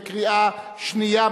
בקריאה שנייה,